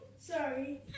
Sorry